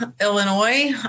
Illinois